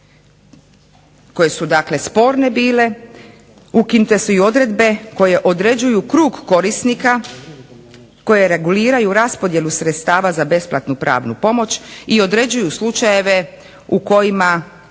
koje su sporne bile, ukinute su i odredbe koje određuju krug korisnika koje reguliraju raspodjelu sredstava za besplatnu pravnu pomoć i određuju slučajeve u kojima